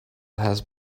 has